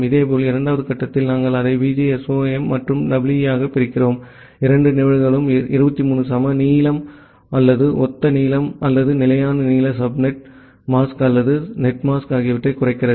இதேபோல் இரண்டாவது கட்டத்தில் நாங்கள் அதை VGSOM மற்றும் EE ஆகப் பிரிக்கிறோம் இரண்டு நிகழ்வுகளுக்கும் 23 சம நீளம் அல்லது ஒத்த நீளம் அல்லது நிலையான நீள சப்நெட் சப்நெட் மாஸ்க் அல்லது நெட்மாஸ்க் ஆகியவற்றைக் குறைக்கிறோம்